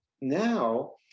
Now